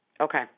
Okay